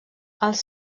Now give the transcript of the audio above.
els